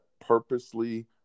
purposely